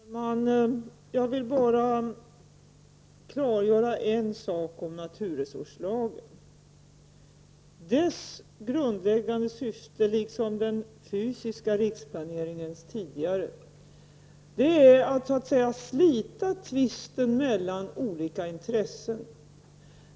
Herr talman! Jag vill bara klargöra en sak om naturresurslagen. Dess grundläggande syfte, liksom den fysiska riksplaneringens tidigare, är att så att säga slita tvisten mellan olika intressen.